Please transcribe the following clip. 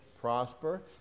prosper